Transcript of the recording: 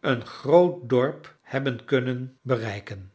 een groot dorp hebben kunnen bereiken